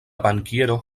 bankiero